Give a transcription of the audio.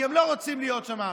כי הם לא רוצים להיות שם.